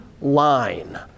line